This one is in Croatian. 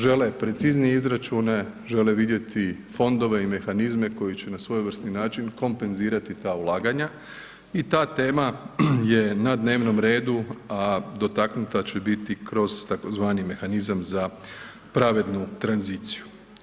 Žele preciznije izračuna, žele vidjeti fondove i mehanizme koje će na svojevrsni način kompenzirati ta ulaganja i ta tema je na dnevnom redu, a dotaknuta će biti kroz tzv. mehanizam za pravednu tranziciju.